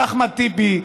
לאחמד טיבי,